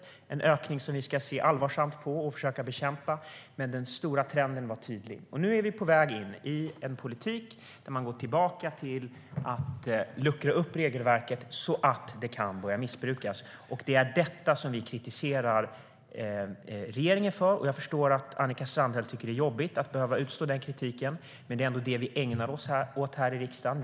Det är en ökning som vi ska se allvarsamt på och försöka bekämpa, men den stora trenden var tydlig. Nu är vi på väg in i en politik där man går tillbaka till att luckra upp regelverket så att det kan börja missbrukas. Det är detta som vi kritiserar regeringen för. Jag förstår att Annika Strandhäll tycker att det är jobbigt att behöva utstå den kritiken, men det är ändå detta vi ägnar oss åt här i riksdagen.